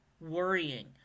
worrying